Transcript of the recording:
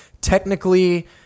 technically